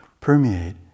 Permeate